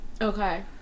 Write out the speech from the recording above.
okay